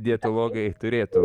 dietologai turėtų